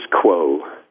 Quo